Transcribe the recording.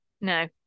No